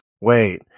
wait